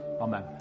Amen